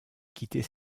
quitter